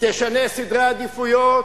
תשנה סדרי עדיפויות,